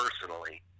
personally